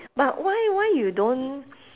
but why why you don't